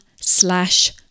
slash